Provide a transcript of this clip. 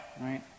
right